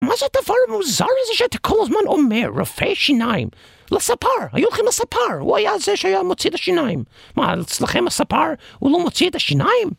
מה זה הדבר המוזר הזה שאתה כל הזמן אומר? רופא שיניים? לספר! היו הולכם לספר! הוא היה הזה שהיה מוציא את השיניים! מה? אצלכם הספר הוא לא מוציא את השיניים?